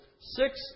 six